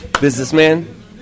Businessman